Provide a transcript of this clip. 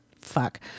fuck